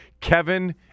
Kevin